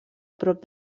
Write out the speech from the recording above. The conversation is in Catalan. prop